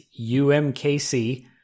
UMKC